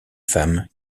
femme